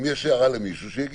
אם יש הערה למישהו, שיגיד.